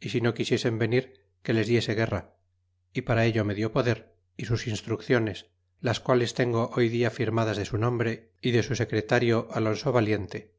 y si no quisiesen venir que les diese guerra y para ello me dió poder y sus instrucciones las quales tengo hoy dia firmadas de su nombre y de su secretario alonso valiente